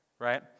right